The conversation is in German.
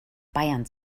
bayern